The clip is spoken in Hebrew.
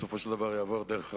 בסופו של דבר יעבור דרך רמאללה.